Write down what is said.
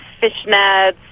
fishnets